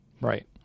Right